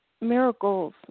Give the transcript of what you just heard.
miracles